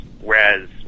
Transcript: whereas